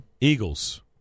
Eagles